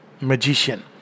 magician